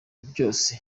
byose